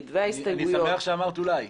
וההסתייגויות --- אני שמח שאמרת אולי.